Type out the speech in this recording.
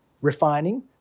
refining